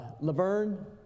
Laverne